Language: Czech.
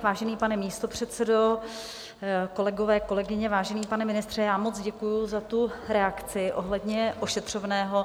Vážený pane místopředsedo, kolegové, kolegyně, vážený pane ministře, moc děkuji za reakci ohledně ošetřovného.